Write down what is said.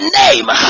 name